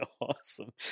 awesome